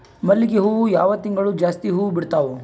ಮಲ್ಲಿಗಿ ಹೂವು ಯಾವ ತಿಂಗಳು ಜಾಸ್ತಿ ಹೂವು ಬಿಡ್ತಾವು?